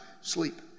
sleep